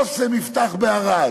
"אסם" יפתח בערד.